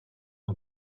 ont